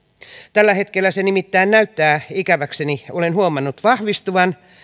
tällä hetkellä se nimittäin näyttää ikäväkseni olen huomannut vahvistuvan